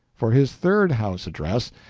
for his third house address,